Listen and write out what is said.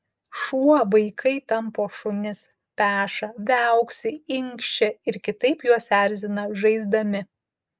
šuo vaikai tampo šunis peša viauksi inkščia ir kitaip juos erzina žaisdami